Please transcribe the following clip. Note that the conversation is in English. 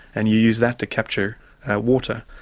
and you use that to catch ah water.